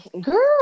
Girl